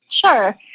Sure